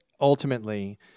ultimately